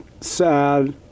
sad